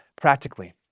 practically